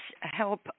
help